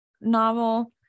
novel